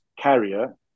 carrier